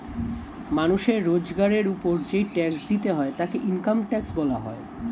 মানুষের রোজগারের উপর যেই ট্যাক্স দিতে হয় তাকে ইনকাম ট্যাক্স বলা হয়